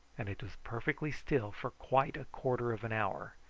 and it was perfectly still for quite a quarter of an hour,